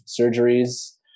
surgeries